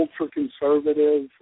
ultra-conservative